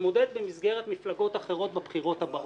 להתמודד במסגרת מפלגות אחרות בבחירות הבאות.